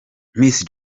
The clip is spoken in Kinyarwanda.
miss